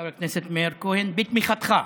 חבר הכנסת מאיר כהן, בתמיכתך.